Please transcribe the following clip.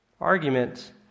argument